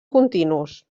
continus